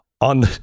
on